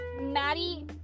Maddie